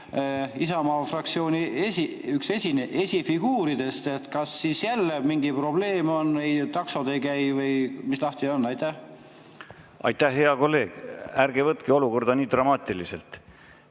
Isamaa fraktsiooni esifiguuridest. Kas siis jälle mingi probleem on? Taksod ei käi või mis lahti on? Aitäh, hea kolleeg! Ärge võtke olukorda nii dramaatiliselt.